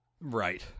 Right